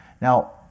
Now